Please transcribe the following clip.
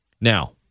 Now